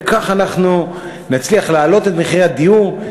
וכך אנחנו נצליח להעלות את מחירי הדיור.